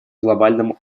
глобальном